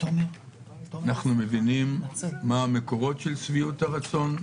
אנחנו מבינים מה המקורות של שביעות הרצון?